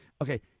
Okay